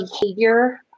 behavior